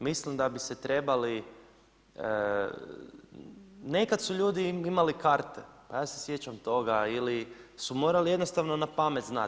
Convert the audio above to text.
Mislim da bi se trebali, nekada su ljudi imali karte, pa ja se sjećam toga ili su morali jednostavno na pamet znati.